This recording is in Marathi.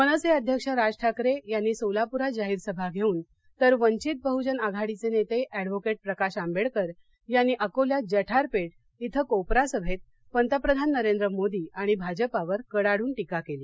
मनसे अध्यक्ष राज ठाकरे यांनी सोलापुरात जाहीर सभा घेऊन तर वंचित बहुजन आघाडीचे नेते एडवोकेट प्रकाश आंबेडकर यांनी अकोल्यात जठारपेठ इथं कोपरा सभेत पंतप्रधान नरेंद्र मोदी आणि भाजपावर कडाडून टीका केली